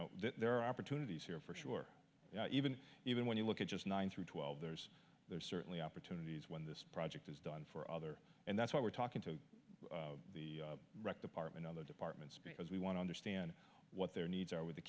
know there are opportunities here for sure even even when you look at just nine through twelve there's there's certainly opportunity when this project is done for other and that's why we're talking to the rec department other departments because we want to understand what their needs are with the